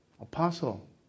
apostle